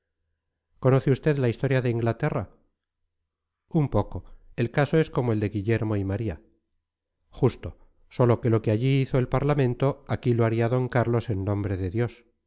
conoce usted la historia de inglaterra un poco el caso es como el de guillermo y maría justo sólo que lo que allí hizo el parlamento aquí lo haría d carlos en nombre de dios